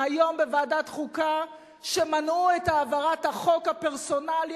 שמנעו היום בוועדת חוקה את העברת החוק הפרסונלי,